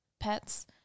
pets